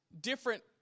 different